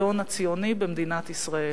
לרעיון הציוני במדינת ישראל.